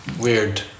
Weird